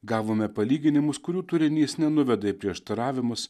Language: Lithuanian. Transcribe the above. gavome palyginimus kurių turinys nenuveda į prieštaravimus